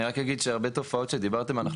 אני רק אגיד שהרבה תופעות שדיברתם אנחנו